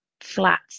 flat